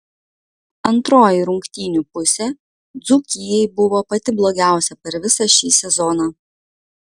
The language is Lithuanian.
antroji rungtynių pusė dzūkijai buvo pati blogiausia per visą šį sezoną